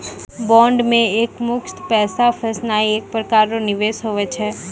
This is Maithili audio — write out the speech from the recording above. बॉन्ड मे एकमुस्त पैसा फसैनाइ एक प्रकार रो निवेश हुवै छै